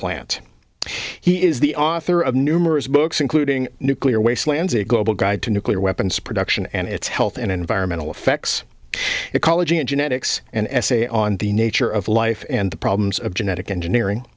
plant he is the author of numerous books including nuclear waste lands a global guide to nuclear weapons production and its health and environmental effects ecology and genetics an essay on the nature of life and the problems of genetic engineering